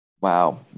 wow